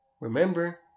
remember